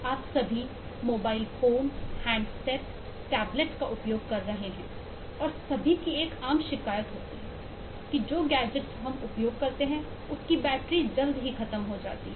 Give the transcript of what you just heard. आप सभी mobile phone handset tablet का उपयोग कर रहे हैं और सभी की एक आम शिकायत है गैजेट्स जो हम उपयोग करते हैं उसकी बैटरी जल्दी खत्म हो जाती है